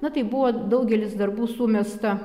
na tai buvo daugelis darbų sumesta